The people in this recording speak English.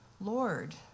Lord